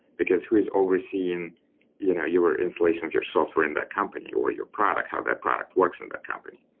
because who is overseeing you know your installation of your software in that company, or your product. how that product works in that company?